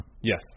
Yes